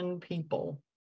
people